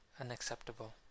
unacceptable